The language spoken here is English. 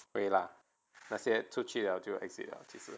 会啦那些出去了就 exit 了其实